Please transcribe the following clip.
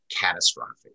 catastrophic